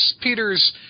Peter's